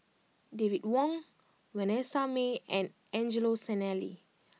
David Wong Vanessa Mae and Angelo Sanelli